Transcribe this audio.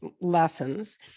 lessons